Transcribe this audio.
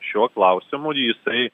šiuo klausimu jisai